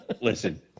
listen